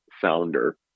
founder